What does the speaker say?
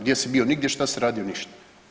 Gdje si bio nigdje, šta si radio ništa.